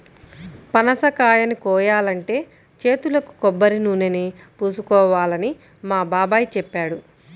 పనసకాయని కోయాలంటే చేతులకు కొబ్బరినూనెని పూసుకోవాలని మా బాబాయ్ చెప్పాడు